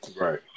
right